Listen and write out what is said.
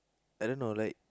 I don't know like